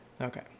Okay